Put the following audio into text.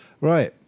right